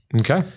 Okay